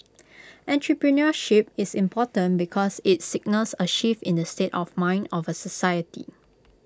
entrepreneurship is important because IT signals A shift in the state of mind of A society